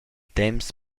temps